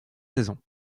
saisons